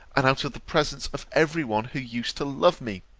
and out of the presence of every one who used to love me